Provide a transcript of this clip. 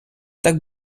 так